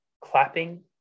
clapping